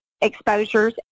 exposures